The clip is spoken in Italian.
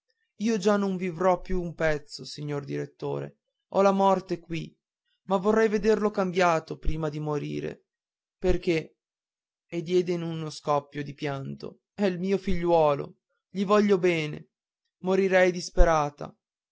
io già non vivrò più un pezzo signor direttore ho la morte qui ma vorrei vederlo cambiato prima di morire perché e diede in uno scoppio di pianto è il mio figliuolo gli voglio bene morirei disperata